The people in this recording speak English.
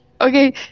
okay